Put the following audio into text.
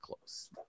close